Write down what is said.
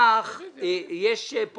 אך יש פה